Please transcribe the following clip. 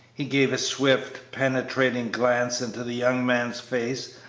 he gave a swift, penetrating glance into the young man's face,